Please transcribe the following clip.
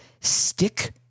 Stick